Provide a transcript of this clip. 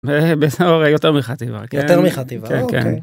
יותר מחטיבה יותר מחטיבה.כן כן. או קי